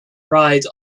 ryde